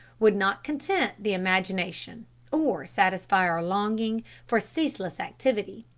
would not content the imagination or satisfy our longing for ceaseless activity.